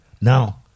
Now